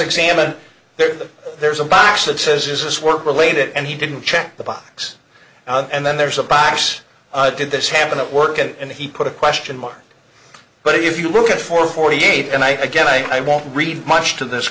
examined there there's a box that says is this work related and he didn't check the box and then there's a box did this happen at work and he put a question mark but if you look at four forty eight and i again i won't read much to this